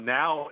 now